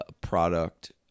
product